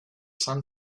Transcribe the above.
son